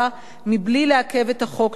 מבלי לעכב את החוק ללא צורך,